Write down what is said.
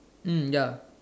mm ya